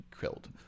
killed